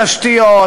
התשתיות,